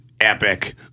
epic